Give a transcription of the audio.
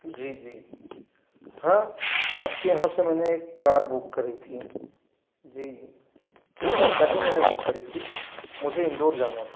जी जी हाँ आपके यहाँ से मैंने एक कार बुक करी थी जी हाँ हाँ मैंने बुक करी थी मुझे इंदौर जाना था